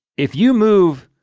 if you move